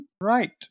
Right